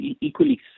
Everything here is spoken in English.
equally